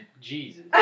Jesus